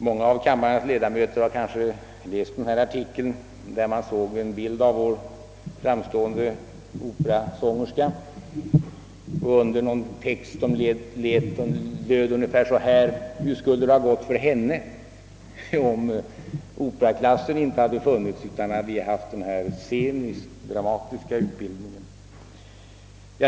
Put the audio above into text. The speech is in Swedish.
Många av kammarens ledamöter har kanske läst en artikel, där man såg en bild av vår framstående operasångerska och under den en text som löd ungefär så: Hur skulle det ha gått för henne, om operaklassen inte hade funnits utan bara denna musikdramatiska utbildning?